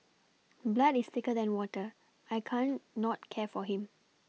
blood is thicker than water I can't not care for him